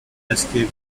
escapes